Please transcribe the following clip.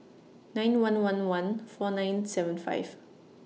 nine one one one four nine seven five